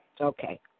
Okay